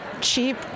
cheap